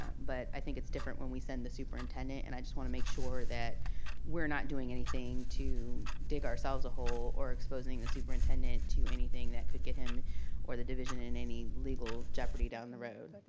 but i think it's different when we send the superintendent, and i just want to make sure that we're not doing anything to dig ourselves a hole or exposing the superintendent to anything that could get him or the division in in any legal jeopardy down the road. like